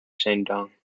shandong